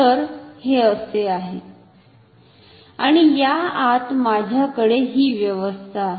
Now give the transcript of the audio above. तर हे असे आहे आणि या आत माझ्याकडे ही व्यवस्था आहे